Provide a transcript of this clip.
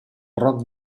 roc